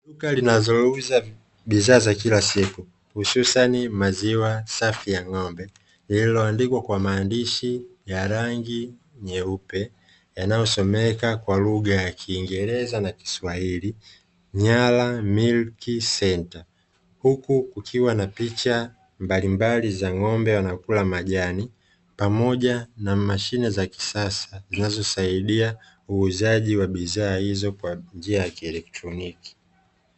Duka linalouza bidhaa za kila siku hususani maziwa safi ya ngombe, lililoandikwa kwa maandishi ya rangi nyeupe yanayosomeka kwa lugha ya kiingereza na kiswahili, "nyara milk centre". Huku kukiwa na picha mbalimbali za ng'ombe wanakula majani, pamoja na mashine za kisasa zinazosaidia uuzaji wa bidhaa hizo kwa njia ya kielektroniki.